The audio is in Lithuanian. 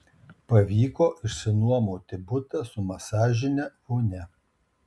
pavyko išsinuomoti butą su masažine vonia